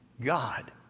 God